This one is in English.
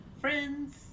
Friends